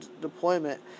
deployment